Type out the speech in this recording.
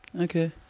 Okay